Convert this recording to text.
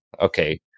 Okay